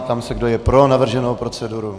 Ptám se, kdo je pro navrženou proceduru.